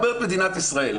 אומרת מדינת ישראל,